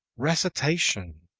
recitation.